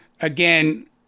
again